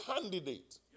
candidate